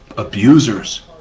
abusers